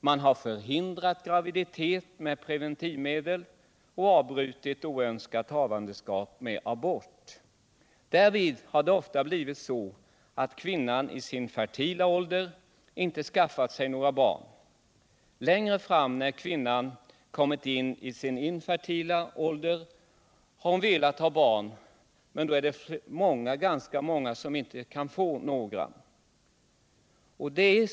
Man har förhindrat graviditet med preventivmedel, och man har avbrutit oönskat havandeskap med abort. Därvid har det ofta blivit så att kvinnani sin fertila ålder inte skaffat sig några barn. Längre fram, när kvinnan kommit in i sin infertila ålder, har hon velat få barn, men då är det ganska många som inte kan få några.